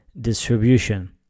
distribution